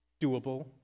doable